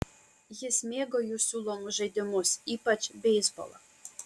jis mėgo jų siūlomus žaidimus ypač beisbolą